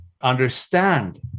understand